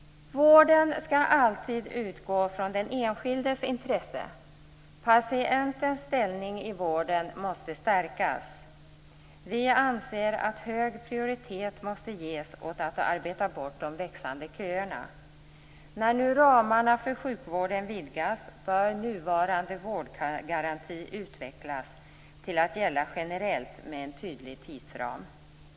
Vården skall alltid utgå från den enskildes intresse. Patientens ställning i vården måste stärkas. Vi anser att hög prioritet måste ges åt att arbeta bort de växande köerna. När nu ramarna för sjukvården vidgas bör nuvarande vårdgaranti utvecklas till att gälla generellt med en tydlig tidsram.